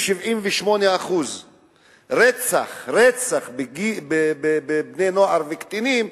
ב-78%; רצח בין בני-נוער וקטינים,